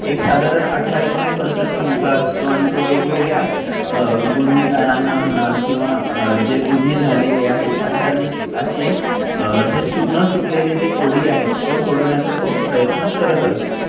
एक साधारण अठरा एकोणीस वर्षाचा मुलगा असतो आणि तो वेगवेगळ्या गुन्हेगारांना म्हणा किंवा जे गुन्हे झालेले आहेत अशां असे जे सु न सुटलेले जे कोडी आहेत तो सोडण्याचा तो प्रयत्न करत असतो